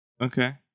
Okay